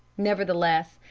nevertheless,